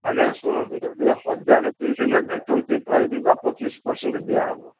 ଆଜ୍ଞା ଶୁଣନ୍ତୁ ଯଦି ହଜାରେ ପିସ୍ ନେବେ ଟ୍ୱେଣ୍ଟି ଫାଇପ୍ ବା ପଚିଶ୍ ପର୍ସେଣ୍ଟ୍ ଦିଆ ହେବ